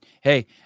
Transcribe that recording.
Hey